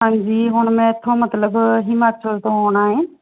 ਹਾਂਜੀ ਹੁਣ ਮੈਂ ਇੱਥੋਂ ਮਤਲਬ ਹਿਮਾਚਲ ਤੋਂ ਆਉਣਾ ਏ